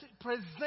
Present